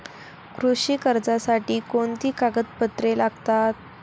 कृषी कर्जासाठी कोणती कागदपत्रे लागतात?